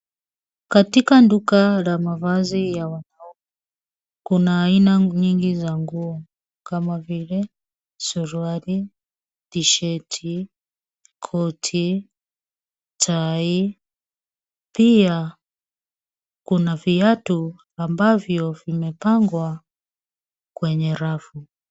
Katika duka la mavazi ya wanaume kuna aina nyingi za nguo, kama vile: suruali, tisheti, koti, tie , pia, kuna viatu ambavyo vimepangwa kwenye rafu.